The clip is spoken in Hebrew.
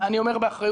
אני אומר באחריות,